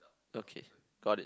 okay got it